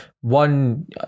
one